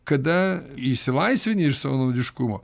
kada išsilaisvini iš savanaudiškumo